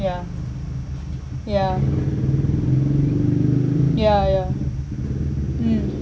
yeah yeah ya ya mm